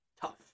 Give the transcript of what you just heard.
Tough